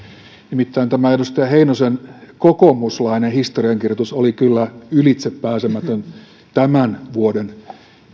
nimittäin tämä edustaja heinosen kokoomuslainen historiankirjoitus oli kyllä ylitsepääsemätön tämän vuoden